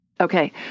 Okay